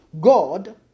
God